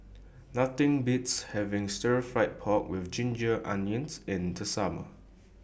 Nothing Beats having Stir Fried Pork with Ginger Onions in The Summer